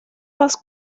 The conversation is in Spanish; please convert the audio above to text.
más